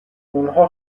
اونها